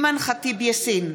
אימאן ח'טיב יאסין,